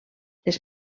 les